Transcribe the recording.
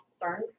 concern